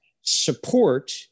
support